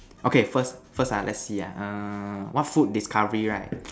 okay first first ah let's see ah err what food discovery right